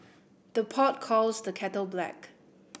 the pot calls the kettle black